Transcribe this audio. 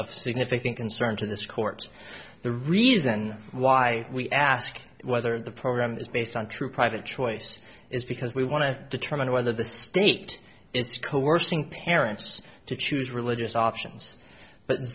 of significant concern to this court the reason why we ask whether the program is based on true private choice is because we want to determine whether the state it's coercing parents to choose religious options but